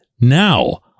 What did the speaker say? now